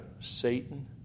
Satan